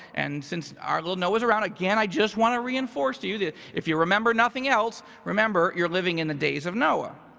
and since our little noah is around, again, i just wanna reinforce to you that if you remember nothing else, remember you're living in the days of noah.